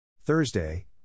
Thursday